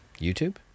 youtube